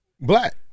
black